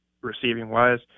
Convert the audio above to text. receiving-wise